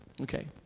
Okay